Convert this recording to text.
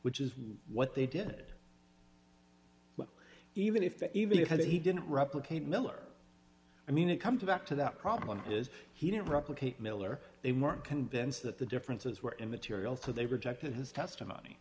which is what they did even if they even if he didn't replicate miller i mean it come to back to that problem is he didn't replicate miller they were convinced that the differences were immaterial so they rejected his testimony